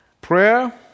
Prayer